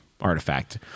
artifact